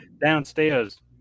downstairs